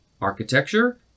architecture